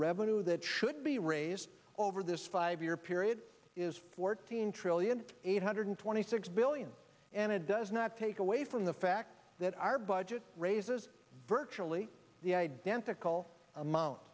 revenue that should be raised over this five year period is fourteen trillion eight hundred twenty six billion and it does not take away from the fact that our budget raises virtually the identical amount